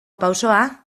pausoa